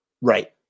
Right